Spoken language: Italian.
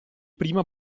prima